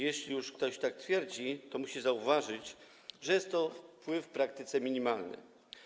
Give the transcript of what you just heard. Jeśli już ktoś tak twierdzi, to musi zauważyć, że jest to wpływ w praktyce minimalny.